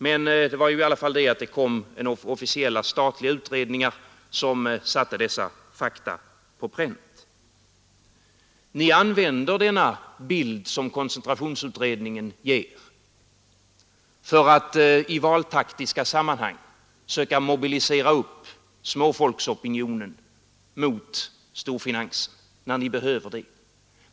Men det kom ju i alla fall officiella statliga utredningar som satte dessa fakta på pränt. Ni använder denna bild som koncentrationsutredningen ger för att i valtaktiska sammanhang söka mobilisera upp småfolksopinionen mot storfinansen när ni behöver det.